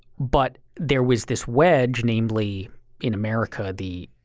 but there was this wedge namely in america, the